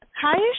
Hi